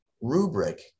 rubric